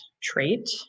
trait